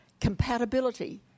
compatibility